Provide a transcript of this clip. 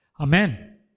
Amen